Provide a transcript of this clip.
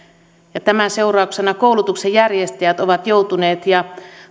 tämän seurauksena koulutuksen järjestäjät ovat joutuneet ja